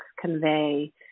convey